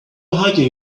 hiking